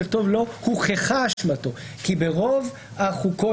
לכתוב לא הוכחה אשמתו כי ברוב החוקות